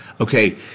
Okay